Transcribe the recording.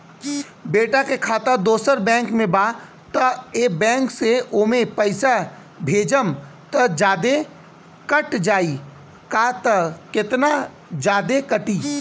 बेटा के खाता दोसर बैंक में बा त ए बैंक से ओमे पैसा भेजम त जादे कट जायी का त केतना जादे कटी?